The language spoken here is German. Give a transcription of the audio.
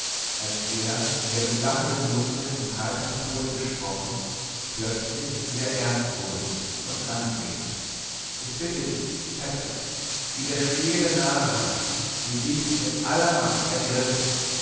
als er der mit lachendem munde und heitrem tone gesprochen plötzlich sehr ernst wurde und anfing ich bitte dich vetter widerstehe der narrheit die dich mit aller macht ergriffen